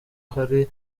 hari